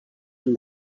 from